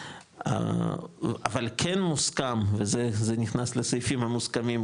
אבל כן מוסכם וזה נכנס לסעיפים המוסכמים,